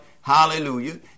hallelujah